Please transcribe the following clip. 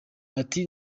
ati